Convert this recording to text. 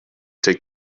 take